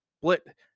split